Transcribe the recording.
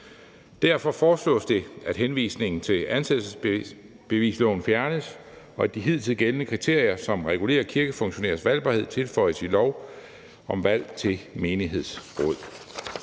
Derfor foreslås det, at henvisningen til ansættelsesbevisloven fjernes, og at de hidtidigt gældende kriterier, som regulerer kirkefunktionærers valgbarhed, tilføjes i lov om valg til menighedsråd.